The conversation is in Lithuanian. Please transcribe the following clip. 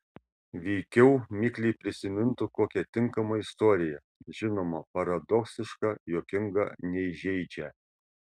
veikiau mikliai prisimintų kokią tinkamą istoriją žinoma paradoksišką juokingą neįžeidžią